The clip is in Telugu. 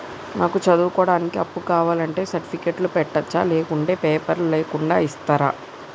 నాకు చదువుకోవడానికి అప్పు కావాలంటే సర్టిఫికెట్లు పెట్టొచ్చా లేకుంటే పేపర్లు లేకుండా ఇస్తరా?